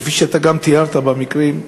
כפי שאתה גם תיארת במקרים,